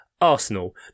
arsenal